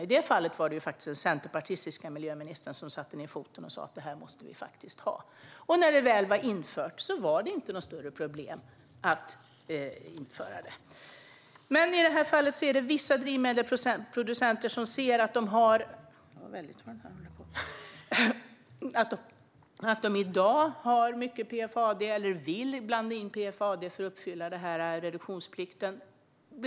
I det fallet satte den centerpartistiska miljöministern ned foten och sa att vi faktiskt måste ha detta. När beslutet väl hade fattats blev det inga större problem att införa det här. I detta fall finns det vissa drivmedelsproducenter som ser att de i dag har mycket PFAD eller som vill blanda in PFAD för att uppfylla reduktionsplikten.